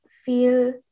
feel